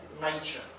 nature